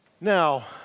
Now